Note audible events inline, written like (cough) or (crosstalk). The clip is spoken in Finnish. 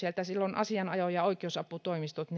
asianajo ja oikeusaputoimistot (unintelligible)